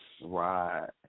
Right